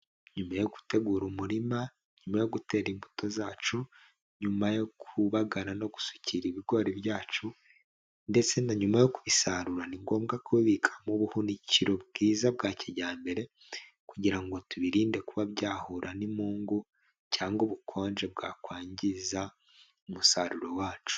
Nyuma yo gutegura umurima, nyuma yo gutera imbuto zacu, nyuma yo kubagara no gusukira ibigori byacu ndetse na nyuma yo kubisarura ni ngombwa kubibika mu buhunikiro bwiza bwa kijyambere, kugira ngo tubirinde kuba byahura n'imungu cyangwa ubukonje bwakwangiza umusaruro wacu.